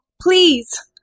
please